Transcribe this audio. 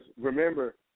remember